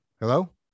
Hello